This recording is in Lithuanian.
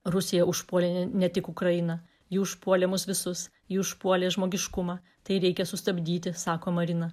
rusija užpuolė ne tik ukrainą ji užpuolė mus visus ji užpuolė žmogiškumą tai reikia sustabdyti sako marina